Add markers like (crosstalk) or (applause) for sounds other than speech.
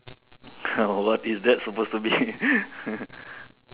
(laughs) what is that suppose to be (laughs)